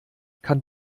kann